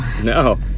No